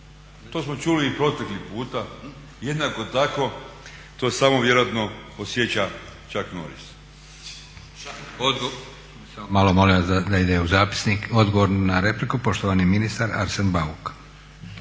To smo čuli i protekli puta jednako tako. To samo vjerojatno osjeća Chuck Norris. **Leko, Josip (SDP)** Odgovor na repliku, poštovani ministar Arsen Bauk.